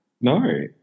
No